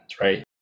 right